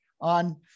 on